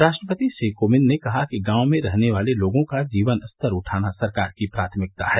राष्ट्रपति श्री कोविंद ने कहा कि गांव में रहने वाले लोगों का जीवन स्तर उठाना सरकार की प्राथमिकता है